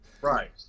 right